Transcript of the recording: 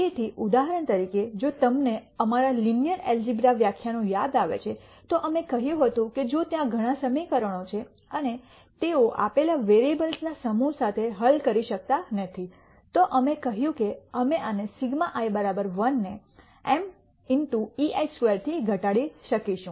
તેથી ઉદાહરણ તરીકે જો તમને અમારા લિનિયર એલ્જીબ્રા વ્યાખ્યાનો યાદ આવે છે તો અમે કહ્યું હતું કે જો ત્યાં ઘણાં સમીકરણો છે અને તેઓ આપેલા વેરીએબ્લસના સમૂહ સાથે હલ કરી શકતા નથી તો અમે કહ્યું કે અમે આને σi 1 ને m ei2 થી ઘટાડી શકીશું